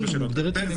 היחידים.